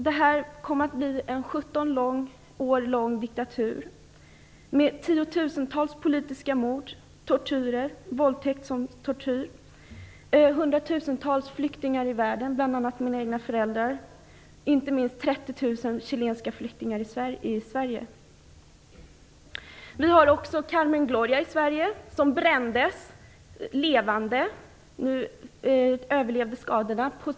Det kom att bli en 17 år lång diktatur med tiotusentals politiska mord, tortyrer, våldtäkt som tortyr och hundratusentals flyktingar i världen, bl.a. mina egna föräldrar. 30 000 av dessa flyktingar finns i Sverige. I Sverige har vi också Carmen Gloria, som brändes levande men överlevde skadorna.